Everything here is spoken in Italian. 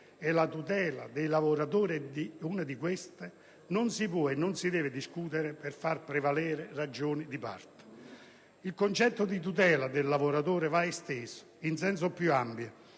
e la tutela dei lavoratori è una di queste - non si può e non si deve discutere per far prevalere ragioni di parte. Il concetto di tutela del lavoratore va esteso in senso più ampio